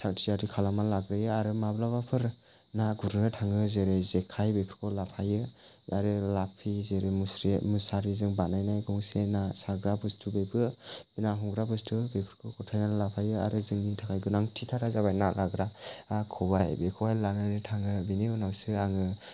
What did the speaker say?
थाग थियारि खालामना लाग्रोयो आरो माब्लाबाफोर ना गुरनो थाङो जेरै जेखाय बेफोरखौ लाफायो आरो लाफि जेरै मुस्रि मुसारिजों बानायनाय गंसे ना सारग्रा बुस्थु बेबो ना हमग्रा बुस्थु बेफोरखौ गथायनानै लाफायो आरो जोंनि थाखाय गोनांथि थारा जाबाय ना लाग्रा ख'बाइ बेखौहाय लानानै थाङो बिनि उनावसो आङो